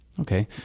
Okay